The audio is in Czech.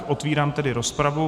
Otvírám tedy rozpravu.